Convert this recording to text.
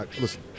Listen